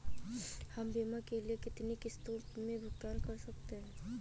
हम बीमा के लिए कितनी किश्तों में भुगतान कर सकते हैं?